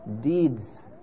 deeds